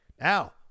Now